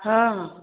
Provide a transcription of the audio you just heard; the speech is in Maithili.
हँ